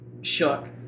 Shook